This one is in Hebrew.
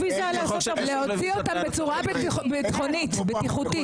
להוציא אותם בצורה ביטחונית, בטיחותית.